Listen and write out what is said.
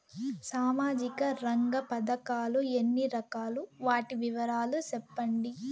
సామాజిక రంగ పథకాలు ఎన్ని రకాలు? వాటి వివరాలు సెప్పండి